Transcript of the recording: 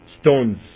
stones